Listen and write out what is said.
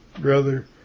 brother